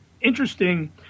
interesting